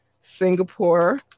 Singapore